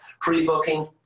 pre-booking